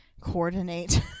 coordinate